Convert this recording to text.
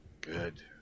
Good